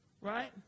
Right